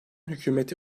hükümeti